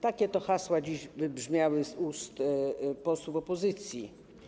Takie hasła dziś wybrzmiały z ust posłów opozycji.